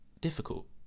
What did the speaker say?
difficult